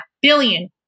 billion